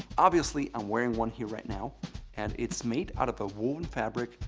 obviously, i'm wearing one here right now and it's made out of a woven fabric.